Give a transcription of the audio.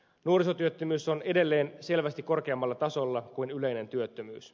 nuorisotyöttömyys on edelleen selvästi korkeammalla tasolla kuin yleinen työttömyys